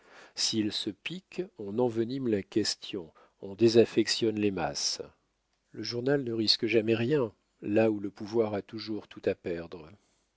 s'il se pique on envenime la question on désaffectionne les masses le journal ne risque jamais rien là où le pouvoir a toujours tout à perdre